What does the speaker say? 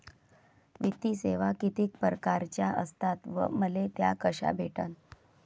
वित्तीय सेवा कितीक परकारच्या असतात व मले त्या कशा भेटन?